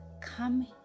Come